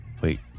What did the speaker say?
Wait